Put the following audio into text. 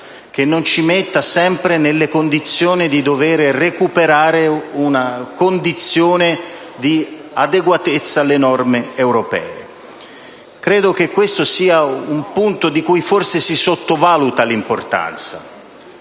che non ci metta sempre nella necessità di recuperare una condizione di adeguatezza alle norme europee. Credo che questo sia un punto di cui si sottovaluta l'importanza.